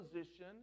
position